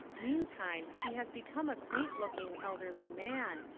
meantime he has become a quaint-looking elderly man,